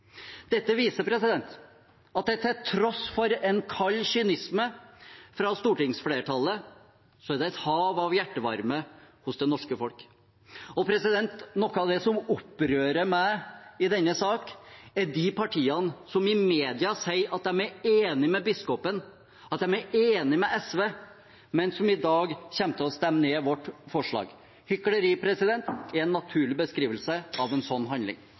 Dette viser at det til tross for en kald kynisme fra stortingsflertallet er et hav av hjertevarme hos det norske folk. Noe av det som opprører meg i denne saken, er de partiene som i media sier at de er enige med biskopen, at de er enige med SV, men som i dag kommer til å stemme ned vårt forslag. Hykleri er en naturlig beskrivelse av en slik handling.